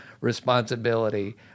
responsibility